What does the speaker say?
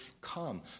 come